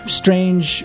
strange